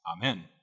Amen